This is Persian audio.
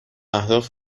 اهداف